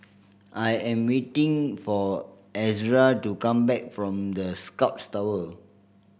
I am waiting for Ezra to come back from The Scotts Tower